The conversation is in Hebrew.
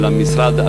ולמשרד,